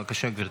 בבקשה, גברתי.